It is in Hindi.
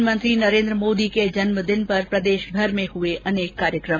प्रधानमंत्री नरेन्द्र मोदी के जन्म दिन पर प्रदेशभर में हुए अनेक कार्यक्रम